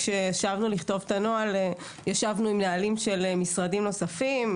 כאשר ישבנו לכתוב את הנוהל בדקנו נהלים של משרדים נוספים,